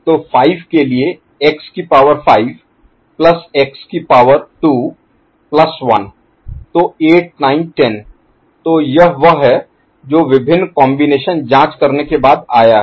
तो 5 के लिए x की पावर 5 प्लस x की पावर 2 प्लस 1 तक तो 8 9 10 तो यह वह है जो विभिन्न कॉम्बिनेशन जांच करने के बाद आया है